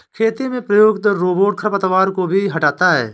खेती में प्रयुक्त रोबोट खरपतवार को भी हँटाता है